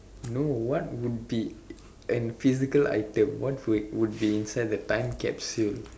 no what would be an physical item what would would be inside the time capsule